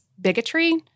bigotry